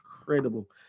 incredible